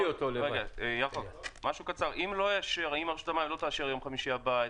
משהו קצר: אם רשות המים לא תאשר ביום חמישי הבא?